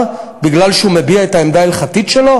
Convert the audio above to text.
שלה מפוטר בגלל שהוא מביע את העמדה ההלכתית שלו?